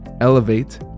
Elevate